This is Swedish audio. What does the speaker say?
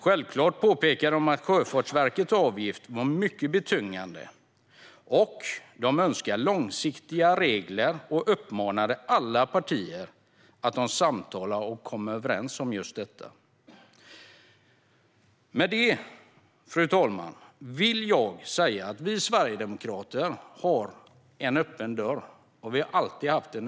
De påpekade självfallet att Sjöfartsverkets avgifter är mycket betungande och att de önskar långsiktiga regler. De uppmanade alla partier att samtala och komma överens om detta. Med detta, fru talman, vill jag säga att vi sverigedemokrater har en öppen dörr, och vi har alltid haft det.